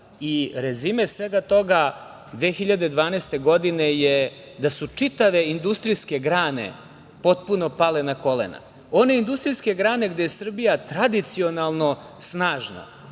Rezime svega toga 2012. godine je, da su čitave industrijske grane potpuno pale na kolena. One industrijske grane gde je Srbija tradicionalno snažna,